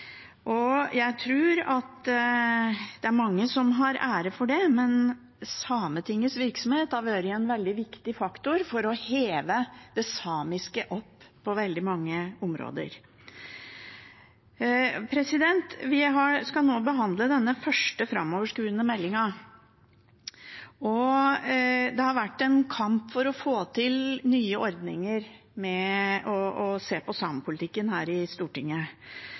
utvikling. Jeg tror det er mange som har æren for det, men Sametingets virksomhet har vært en veldig viktig faktor for å heve det samiske opp på veldig mange områder. Vi skal nå behandle denne første framoverskuende meldingen. Det har vært en kamp for å få til nye ordninger med å se på samepolitikken her i Stortinget.